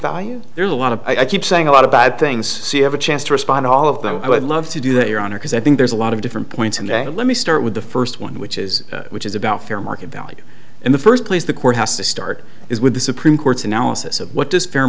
value there's a lot of i keep saying a lot of bad things so you have a chance to respond to all of them i would love to do that your honor because i think there's a lot of different points in there let me start with the first one which is which is about fair market value in the first place the court has to start is with the supreme court's analysis of what does fair